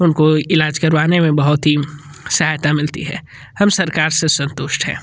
उनको इलाज करवाने में बहुत ही सहायता मिलती है हम सरकार से संतुष्ट हैं